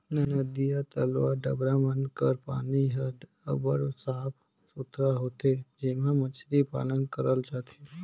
नदिया, तलवा, डबरा मन कर पानी हर अब्बड़ साफ सुथरा होथे जेम्हां मछरी पालन करल जाथे